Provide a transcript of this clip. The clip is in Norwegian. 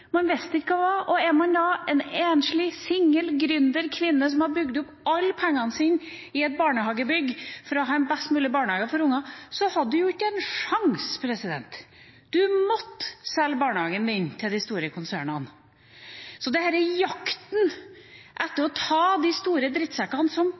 da en enslig, singel, gründer, kvinne som har brukt opp alle pengene sine på et barnehagebygg for å ha en best mulig barnehage for ungene, så hadde en jo ikke en sjanse – en måtte selge barnehagen til de store konsernene. Så denne jakten på å ta de store drittsekkene, som garantert finnes – det er ikke sikkert «drittsekk» er